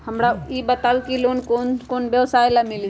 हमरा ई बताऊ लोन कौन कौन व्यवसाय ला मिली?